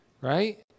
right